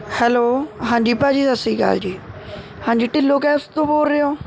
hello ਹਾਂਜੀ ਭਾਜੀ ਸਤਿ ਸ਼੍ਰੀ ਅਕਾਲ ਜੀ ਹਾਂਜੀ ਢਿੱਲੋਂ ਕੈਬਸ ਤੋਂ ਬੋਲ ਰਹੇ ਹੋ